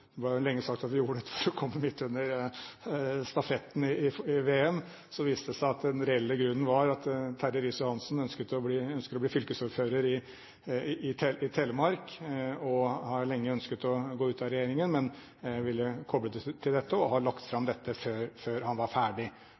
lenge sagt at vi gjorde dette fordi det kom midt under stafetten i VM. Og så viste det seg at den reelle grunnen var at Terje Riis-Johansen ønsker å bli fylkesordfører i Telemark og lenge har ønsket å gå ut av regjeringen, men ville koble det til dette, og ha lagt fram dette før han var ferdig.